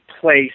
place